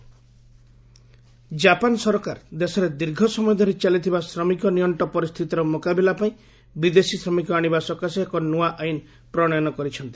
Japan foreign workers Japan ସରକାର ଦେଶରେ ଦୀର୍ଘ ସମୟ ଧରି ଚାଲିଥିବା ଶ୍ରମିକ ନିଅଣ୍ଟ ପରିସ୍ଥିତିର ମୁକାବିଲା ପାଇଁ ବିଦେଶୀ ଶ୍ରମିକ ଆଣିବା ସକାଶେ ଏକ ନୂଆ ଆଇନ ପ୍ରଶୟନ କରିଛନ୍ତି